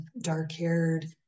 dark-haired